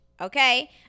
okay